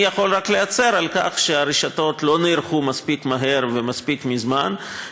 אני יכול רק להצר על כך שהרשתות לא נערכו מספיק מהר ומספיק בזמן,